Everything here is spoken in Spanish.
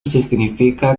significa